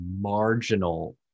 marginal